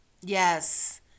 Yes